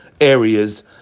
areas